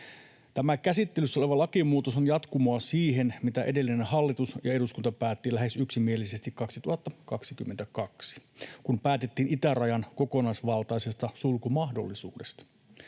Tämä käsittelyssä oleva lakimuutos on jatkumoa siihen, mitä edellinen hallitus ja eduskunta päättivät lähes yksimielisesti 2022, kun päätettiin itärajan kokonaisvaltaisesta sulkumahdollisuudesta.